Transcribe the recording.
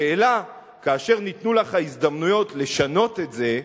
השאלה, כאשר ניתנו לך ההזדמנויות לשנות את זה,